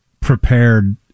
prepared